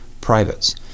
privates